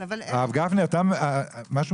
הרב גפני, אתה מכיר